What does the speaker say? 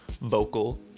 vocal